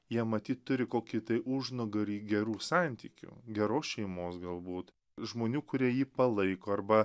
jie matyt turi kokį tai užnugarį gerų santykių geros šeimos galbūt žmonių kurie jį palaiko arba